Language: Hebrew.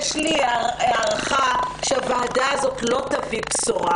יש לי הערכה שהוועדה הזאת לא תביא בשורה.